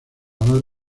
dar